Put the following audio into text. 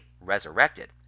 resurrected